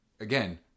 again